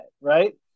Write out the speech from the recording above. right